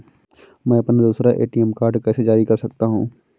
मैं अपना दूसरा ए.टी.एम कार्ड कैसे जारी कर सकता हूँ?